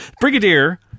Brigadier